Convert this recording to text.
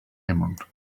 emerald